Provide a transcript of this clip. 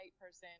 person